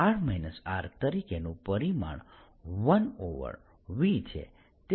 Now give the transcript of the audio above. δr R તરીકેનું પરિમાણ 1V છે